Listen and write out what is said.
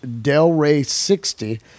Delray60